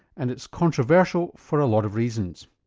and it's controversial for a lot of reasons.